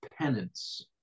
penance